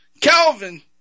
Calvin